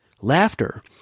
Laughter